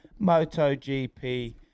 MotoGP